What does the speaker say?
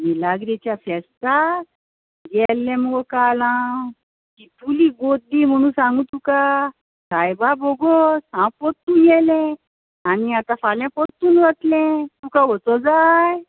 मिलाग्रेच्या फेस्ताक गेल्ले मगो काल हांव कितुली गोद्दी म्हुणोन सांगू तुका सायबा भोगोस हांव पोत्तुन येयले आनी आतां फाल्यां पोत्तुन वतलें तुका वचों जाय